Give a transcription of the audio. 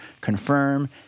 confirm